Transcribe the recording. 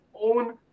own